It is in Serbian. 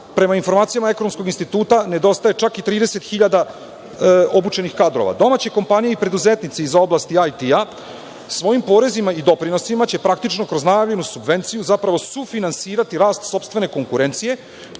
prema informacijama Ekonomskog instituta nedostaje, čak i 30 hiljada obučenih kadrova. Domaće kompanije i preduzetnici iz oblasti IT-a svojim porezima i doprinosima će praktično kroz najavljenu subvenciju zapravo sufinansirati rast sopstvene konkurencije,